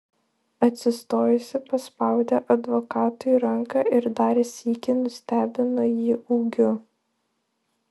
atsistojusi paspaudė advokatui ranką ir dar sykį nustebino jį ūgiu